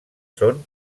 són